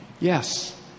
yes